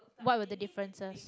what were the differences